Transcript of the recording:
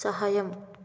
సహాయం